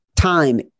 time